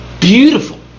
beautiful